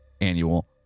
annual